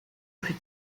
plus